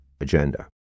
Agenda